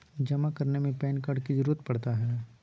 जमा करने में पैन कार्ड की जरूरत पड़ता है?